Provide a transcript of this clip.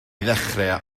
ddechrau